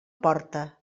porta